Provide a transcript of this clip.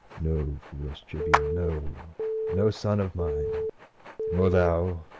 no, foolish tribune, no no son of mine nor thou,